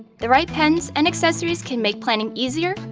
the right pens and accessories can make planning easier,